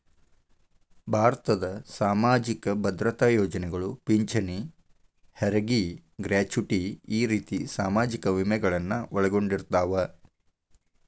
ಭಾರತದ್ ಸಾಮಾಜಿಕ ಭದ್ರತಾ ಯೋಜನೆಗಳು ಪಿಂಚಣಿ ಹೆರಗಿ ಗ್ರಾಚುಟಿ ಈ ರೇತಿ ಸಾಮಾಜಿಕ ವಿಮೆಗಳನ್ನು ಒಳಗೊಂಡಿರ್ತವ